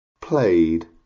played